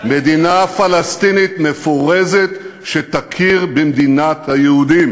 מדינה פלסטינית מפורזת שתכיר במדינת היהודים,